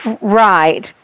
Right